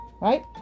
right